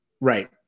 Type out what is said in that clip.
Right